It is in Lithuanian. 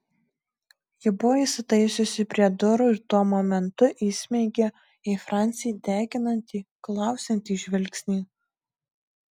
ji buvo įsitaisiusi prie durų ir tuo momentu įsmeigė į francį deginantį klausiantį žvilgsnį